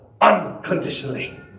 unconditionally